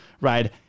right